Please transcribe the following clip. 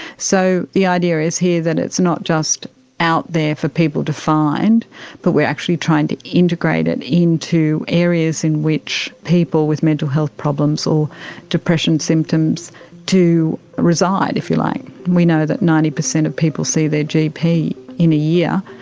so the idea is here that it's not just out there for people to find but we are actually trying to integrate it into areas in which people with mental health problems or depression symptoms do reside, if you like. we know that ninety percent of people see their gp in a year,